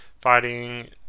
fighting